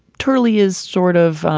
turley is sort of,